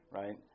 right